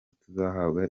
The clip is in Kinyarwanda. tuzahabwa